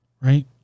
right